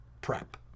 prep